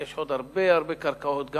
יש עוד הרבה הרבה קרקעות גם